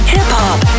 Hip-hop